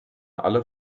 alle